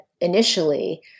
initially